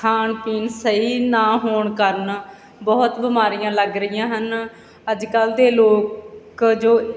ਖਾਣ ਪੀਣ ਸਹੀ ਨਾ ਹੋਣ ਕਾਰਨ ਬਹੁਤ ਬਿਮਾਰੀਆਂ ਲੱਗ ਰਹੀਆਂ ਹਨ ਅੱਜ ਕੱਲ੍ਹ ਦੇ ਲੋਕ ਜੋ